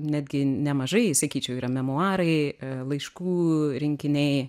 netgi nemažai sakyčiau yra memuarai laiškų rinkiniai